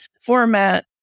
format